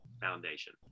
Foundation